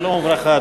שלום וברכה, אדוני.